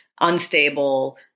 unstable